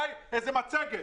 ובאיזו מצגת.